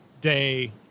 day